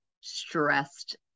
stressed